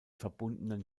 verbundenen